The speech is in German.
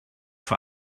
vor